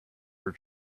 her